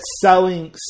selling